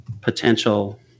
potential